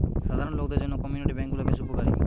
সাধারণ লোকদের জন্য কমিউনিটি বেঙ্ক গুলা বেশ উপকারী